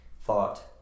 thought